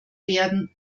werden